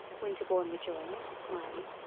winterbourne rejoined, smiling.